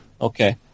okay